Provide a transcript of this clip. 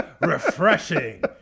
Refreshing